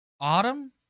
Autumn